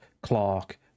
Clark